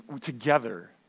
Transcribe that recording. Together